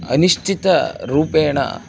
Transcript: अनिश्चितरूपेण